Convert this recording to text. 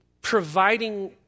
providing